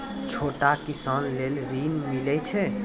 छोटा किसान लेल ॠन मिलय छै?